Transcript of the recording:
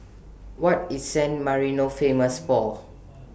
What IS San Marino Famous For